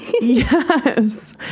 Yes